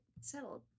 settled